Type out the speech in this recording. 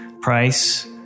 Price